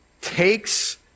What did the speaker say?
takes